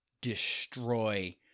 destroy